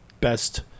best